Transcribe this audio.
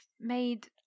made